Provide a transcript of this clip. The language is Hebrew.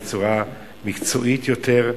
בצורה מקצועית יותר,